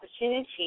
opportunity